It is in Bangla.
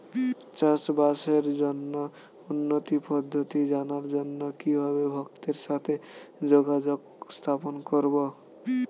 চাষবাসের জন্য উন্নতি পদ্ধতি জানার জন্য কিভাবে ভক্তের সাথে যোগাযোগ স্থাপন করব?